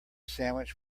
sandwich